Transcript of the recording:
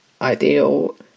ideal